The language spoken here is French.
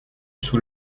sous